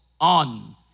on